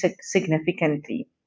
significantly